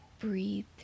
breathe